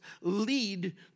lead